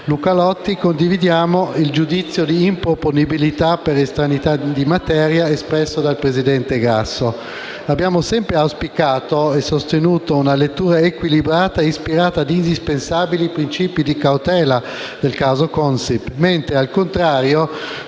Luca Lotti, condividiamo il giudizio di improponibilità, per estraneità di materia, espresso dal presidente Grasso. Abbiamo sempre auspicato e sostenuto una lettura equilibrata e ispirata ad indispensabili princìpi di cautela del caso Consip, mentre, al contrario,